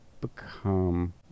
become